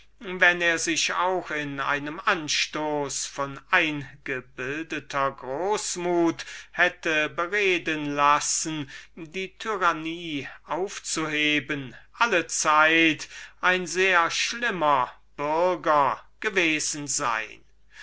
wenn er sich auch in einem anstoß von eingebildeter großmut hätte bereden lassen die tyrannie aufzuheben allezeit ein sehr schlimmer bürger gewesen sein